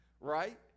Right